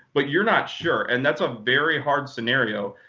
but you're not sure. and that's a very hard scenario.